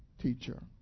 teacher